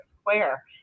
square